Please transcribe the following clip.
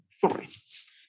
forests